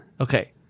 Okay